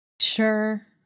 Sure